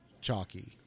Chalky